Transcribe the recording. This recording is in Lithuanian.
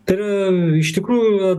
tai yra iš tikrųjų